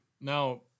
Now